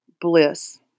Bliss